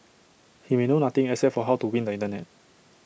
he may know nothing except for how to win the Internet